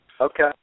okay